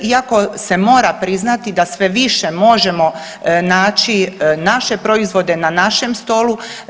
Iako se mora priznati da sve više možemo naći naše proizvode na našem stolu.